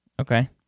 Okay